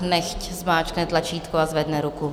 Nechť zmáčkne tlačítko a zvedne ruku.